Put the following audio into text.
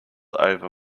over